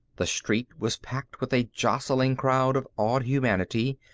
the street was packed with a jostling crowd of awed humanity,